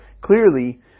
clearly